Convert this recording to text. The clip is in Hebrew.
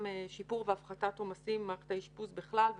שיפור והפחתת עומסים במערכת האשפוז בכלל,